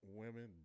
women